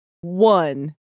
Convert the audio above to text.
one